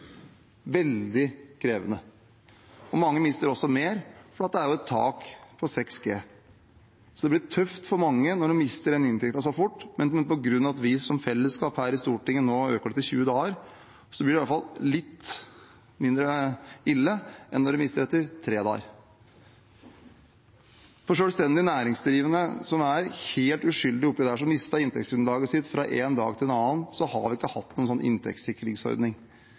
mister den inntekten så fort. Men på grunn av at vi som fellesskap her i Stortinget nå øker dette til 20 dager, blir det i hvert fall litt mindre ille enn når man mister den etter tre dager. For selvstendig næringsdrivende, som er helt uskyldige oppe i dette, som mister inntektsgrunnlaget sitt fra en dag til en annen, har vi ikke hatt noen slik inntektssikringsordning.